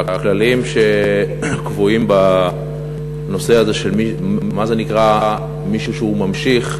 הכללים שקבועים בנושא הזה של מי נקרא ממשיך,